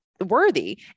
worthy